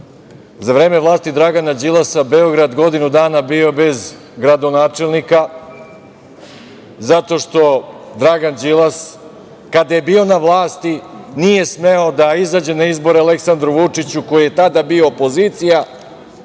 za vreme vlasti Dragana Đilasa Beograd godinu dana bio bez gradonačelnika zato što Dragan Đilas, kada je bio na vlasti, nije smeo da izađe na izbore Aleksandru Vučiću koji je tada bio opozicija,